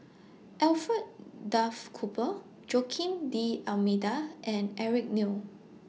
Alfred Duff Cooper Joaquim D'almeida and Eric Neo